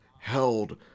held